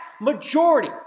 majority